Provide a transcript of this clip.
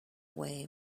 way